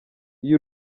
iyo